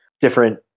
different